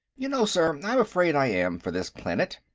you know, sir, i'm afraid i am, for this planet,